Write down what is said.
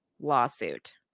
lawsuit